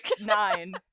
Nine